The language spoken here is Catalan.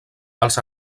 els